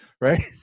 Right